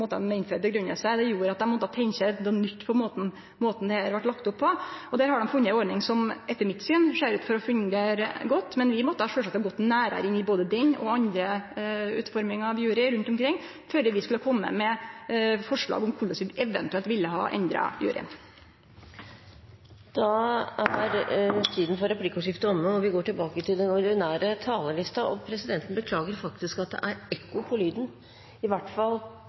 måten dette blir lagt opp på, og der har dei funne ei ordning som etter mitt syn ser ut til å fungere godt. Men vi måtte sjølvsagt ha gått nærare inn i både den og andre utformingar av juryar rundt omkring før vi skulle ha kome med forslag om korleis vi eventuelt ville ha endra juryen. Replikkordskiftet er omme. Det er enkelte saker som har meir historisk sus over seg enn andre, og den saka vi har føre oss i